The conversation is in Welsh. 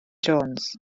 jones